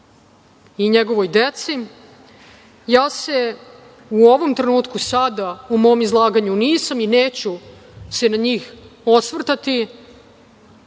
i njegovoj deci, ja se u ovom trenutku sada u mom izlaganju nisam i neću se na njih osvrtati